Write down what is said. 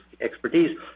expertise